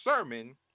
Sermon